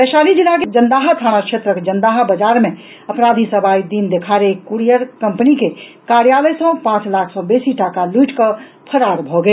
वैशाली जिला के जन्दाहा थाना क्षेत्रक जन्दाहा बजार मे अपराधी सभ आई दिनदेखाड़े एक कुरियर कम्पनी के कार्यालय सॅ पांच लाख सॅ बेसी टाका लूटि कऽ फरार भऽ गेल